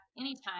anytime